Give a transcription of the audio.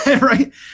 right